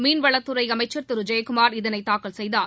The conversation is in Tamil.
மீன்வளத்துறை அமைச்சர் திரு ஜெயக்குமார் இதனை தாக்கல் செய்தார்